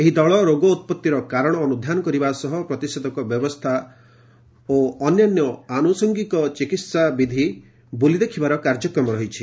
ଏହି ଦଳ ରୋଗ ଉତ୍ପତ୍ତିର କାରଣ ଅନ୍ଦଧ୍ୟାନ କରିବା ସହ ପ୍ରତିଷେଧକ ବ୍ୟବସ୍ଥା ସହ ଅନ୍ୟାନ୍ୟ ଆନୁଷଙ୍ଗିକ ଚିକିତ୍ସା ବିଧି ଦେଖିବାର କାର୍ଯ୍ୟକ୍ରମ ରହିଛି